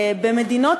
במדינות